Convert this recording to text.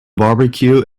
barbecue